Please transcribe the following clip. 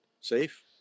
safe